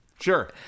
Sure